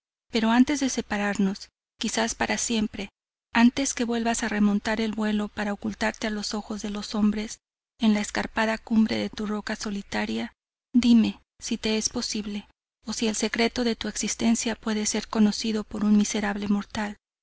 pero antes de separarnos quizás para siempre antes que vuelvas a remontar el vuelo para ocultarte al os ojos de los hombres en la escarpada cumbre de tu roca solitaria dime si te es posible o si el secreto de tu existencia puede ser conocido por un miserable mortal